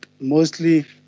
mostly